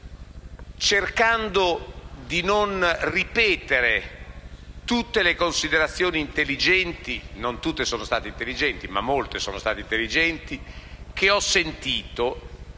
cercando di non ripetere tutte le considerazioni intelligenti - non tutte sono stati intelligenti, ma molte sì - che ho sentito